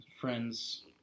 Friends